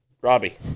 Robbie